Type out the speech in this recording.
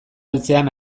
heltzean